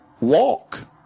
walk